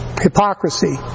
hypocrisy